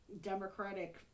democratic